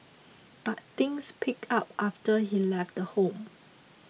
but things picked up after he left home